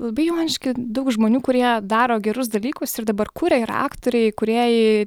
labai jonišky daug žmonių kurie daro gerus dalykus ir dabar kuria ir aktoriai kūrėjai